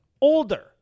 older